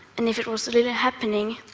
and if it was really happening,